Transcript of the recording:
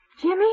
Jimmy